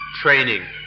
training